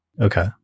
Okay